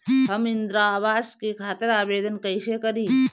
हम इंद्रा अवास के खातिर आवेदन कइसे करी?